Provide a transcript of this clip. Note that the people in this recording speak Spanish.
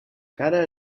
cara